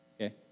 okay